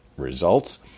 results